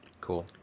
Cool